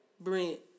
Brent